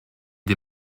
des